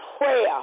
prayer